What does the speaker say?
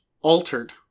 altered